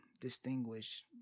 distinguish